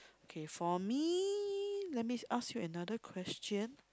okay for me let me ask you another question